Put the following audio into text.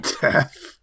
Death